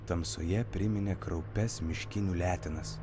tamsoje priminė kraupias miškinių letenas